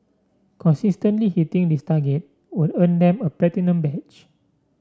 consistently hitting this target will earn them a platinum badge